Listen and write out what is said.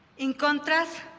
in contrast,